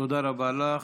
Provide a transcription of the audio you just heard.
תודה רבה לך.